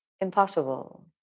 impossible